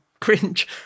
cringe